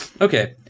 okay